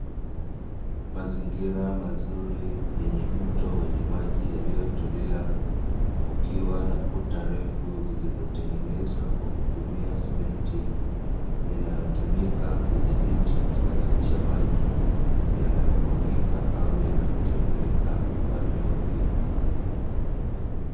Mazingira mazuri yenye mto wenye maji yaliyo tulia, kukiwa na kuta refu, zilizo tengenezwa kwa kutumia simenti inayo tumika kudhibiti kiasi cha maji yanayo mwagika au yanayo tiririka upande wa pili.